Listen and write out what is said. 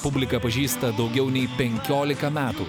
publika pažįsta daugiau nei penkiolika metų